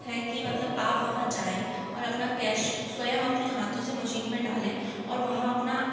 है कि मतलब आप वहाँ जाएं और अपना कैश स्वयं अपने हाथों से मशीन में डालें और वहाँ अपना